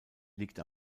liegt